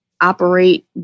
operate